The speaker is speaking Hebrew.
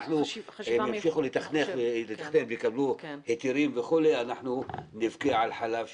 אם יקבלו היתרים וכולי, אנחנו נבכה על חלב שנשפך.